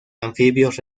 anfibios